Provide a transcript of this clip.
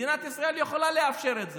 מדינת ישראל יכולה לאפשר את זה.